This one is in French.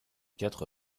quatre